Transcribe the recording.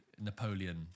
Napoleon